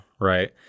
right